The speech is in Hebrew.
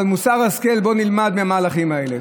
אבל בואו נפיק מוסר השכל מהמהלכים האלה.